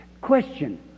question